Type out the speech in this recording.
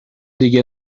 دیگه